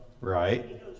Right